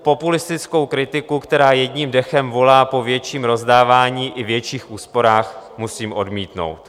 Populistickou kritiku, která jedním dechem volá po větším rozdávání i větších úsporách, musím odmítnout.